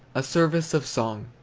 a service of song.